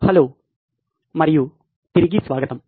hello మరియు తిరిగి స్వాగతం